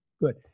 Good